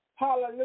Hallelujah